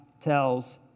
tells